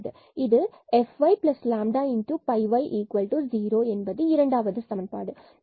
இது fyλy0 இரண்டாவது சமன்பாடு ஆகும்